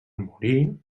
morir